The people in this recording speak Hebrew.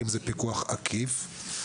האם זה פיקוח עקיף.